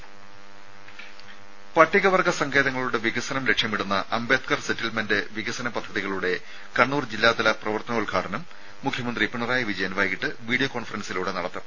രുര പട്ടികവർഗ്ഗ സങ്കേതങ്ങളുടെ വികസനം ലക്ഷ്യമിടുന്ന അംബേദ്കർ സെറ്റിൽമെന്റ് വികസന പദ്ധതികളുടെ കണ്ണൂർ ജില്ലാതല പ്രവർത്തനോദ്ഘാടനം മുഖ്യമന്ത്രി പിണറായി വിജയൻ വൈകിട്ട് കോൺഫറൻസിലൂടെ വീഡിയോ നടത്തും